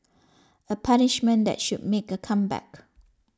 a punishment that should make a comeback